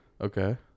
Okay